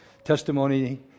testimony